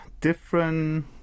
different